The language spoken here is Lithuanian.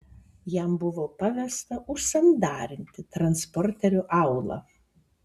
jam buvo pavesta užsandarinti transporterio aulą